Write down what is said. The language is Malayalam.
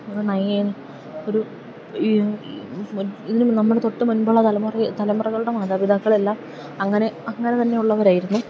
ഒരു ഈ നമ്മുടെ തൊട്ടുമുൻപുള്ള തലമുറകളുടെ മാതാപിതാക്കളെല്ലാം അങ്ങനെ അങ്ങനെ തന്നെയുള്ളവരായിരുന്നു